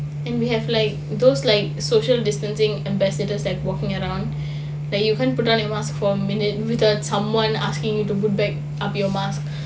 and we have like those like social distancing ambassadors like walking around like you can't put down your mask for a minute without someone asking you to put back up your mask